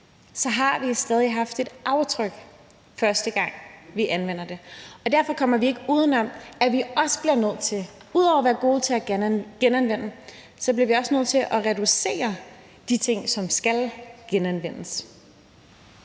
så har vi stadig sat et aftryk første gang, vi anvender dem, og derfor kommer vi ikke uden om, at vi ud over at være gode til at genanvende også bliver nødt til at reducere de ting, som skal genanvendes.